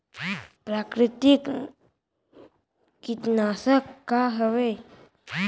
प्राकृतिक कीटनाशक का हवे?